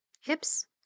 hips